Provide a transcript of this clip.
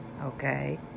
Okay